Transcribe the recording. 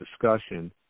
discussion